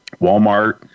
Walmart